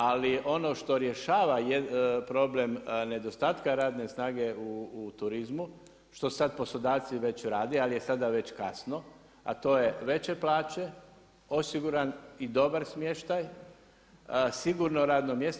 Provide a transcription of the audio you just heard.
Ali ono što rješava problem nedostatka radne snage u turizmu, što sad poslodavci već rade ali je sada već kasno, a to je veće plaće, osiguran i dobar smještaj, sigurno radno mjesto.